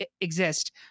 exist